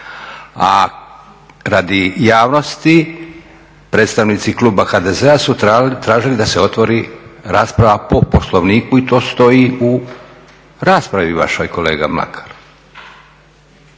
A radi javnosti, predstavnici kluba HDZ-a su tražili da se otvori rasprava po Poslovniku i to stoji u raspravi vašoj kolega Mlakar